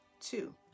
two